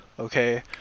Okay